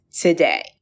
today